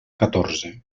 catorze